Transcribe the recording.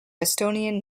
estonian